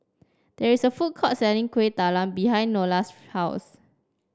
there is a food court selling Kueh Talam behind Nola's house